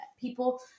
people